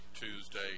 Tuesday